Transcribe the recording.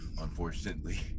unfortunately